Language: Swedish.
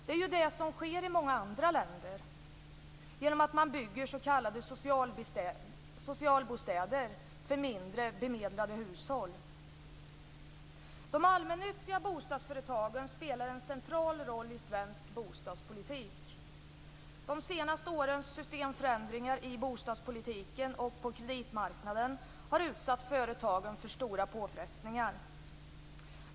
Det är ju det som sker i många andra länder där man bygger s.k. socialbostäder för mindre bemedlade hushåll. De allmännyttiga bostadsföretagen spelar en central roll i svensk bostadspolitik. De senaste årens systemförändringar i bostadspolitiken och på kreditmarknaden har utsatt företagen för stora påfrestningar.